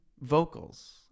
vocals